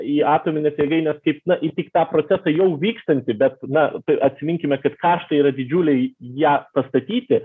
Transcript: į atomines jėgaines kaip na į tik tą procesą jau vykstantį bet na atsiminkime kad kaštai yra didžiuliai ją pastatyti